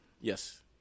Yes